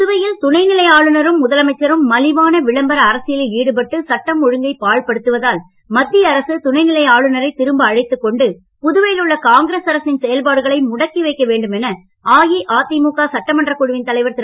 புதுவையில் துணைநிலை ஆளுநரும் முதலமைச்சரும் மலிவான விளம்பர அரசியலில் ஈடுபட்டு சட்டம் ஒழுங்கை பாழ்படுத்துவதால் மத்திய அரசு துணைநிலை ஆளுநரைத் திரும்ப அழைத்துக் கொண்டு புதுவையில் உள்ள காங்கிரஸ் அரசின் செயல்பாடுகளை முடக்கி வைக்க வேண்டும் என அஇஅதிமுக சட்டமன்றக் குழுவின் தலைவர் திரு